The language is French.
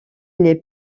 les